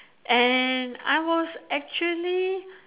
and I was actually